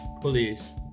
police